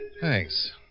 Thanks